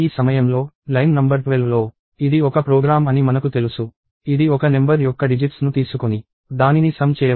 ఈ సమయంలో line number 12 లో ఇది ఒక ప్రోగ్రామ్ అని మనకు తెలుసు ఇది ఒక నెంబర్ యొక్క డిజిట్స్ ను తీసుకొని దానిని సమ్ చేయవచ్చు